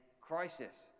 crisis